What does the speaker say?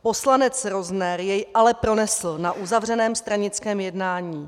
Poslanec Rozner jej ale pronesl na uzavřeném stranickém jednání.